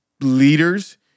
leaders